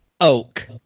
oak